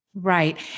Right